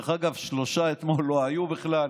ששלושה אתמול לא היו בכלל,